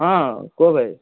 ହଁ କୁହ ଭାଇ